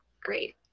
Great